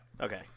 Okay